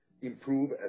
improve